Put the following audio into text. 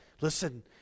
listen